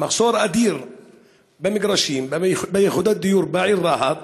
על מחסור אדיר במגרשים וביחידות דיור בעיר רהט,